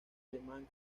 alemán